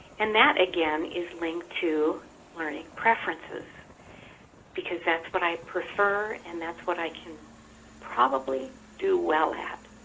and that again is linked to learning preferences because that's what i prefer and that's what i can probably do well at.